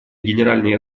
генеральной